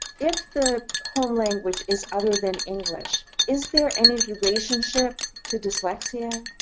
if the home language is other than english, is there any relationship to dyslexia?